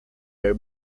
her